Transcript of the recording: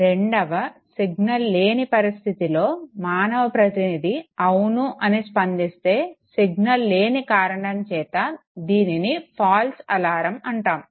రెండవ సిగ్నల్ లేని పరిస్థితిలో మానవ ప్రతినిధి అవును అని స్పందిస్తే సిగ్నల్ లేని కారణం చేత దీనిని ఫాల్స్ అలారం అంటాము